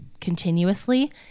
continuously